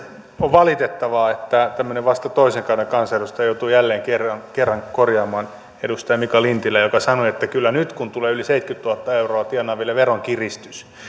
on valitettavaa että tämmöinen vasta toisen kauden kansanedustaja joutuu jälleen kerran kerran korjaamaan edustaja mika lintilää joka sanoi että kyllä nyt kun tulee yli seitsemänkymmentätuhatta euroa tienaaville veronkiristys